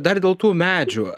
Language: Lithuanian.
dar dėl tų medžių